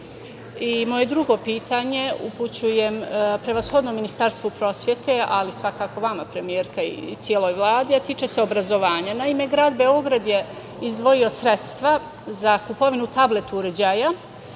drugo pitanje upućujem prevashodno Ministarstvu prosvete, ali svakako vama premijerka i celoj Vladi, a tiče se obrazovanja. Naime, Grad Beograd je izdvojio sredstva za kupovinu tablet uređaja